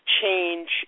change